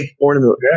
ornament